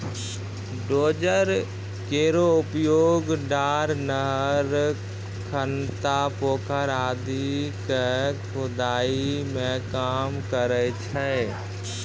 dozer केरो प्रयोग डार, नहर, खनता, पोखर आदि क खुदाई मे काम करै छै